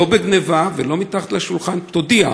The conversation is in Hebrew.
לא בגנבה ולא מתחת לשולחן, תודיע